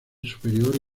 superior